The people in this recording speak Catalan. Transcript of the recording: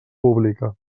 pública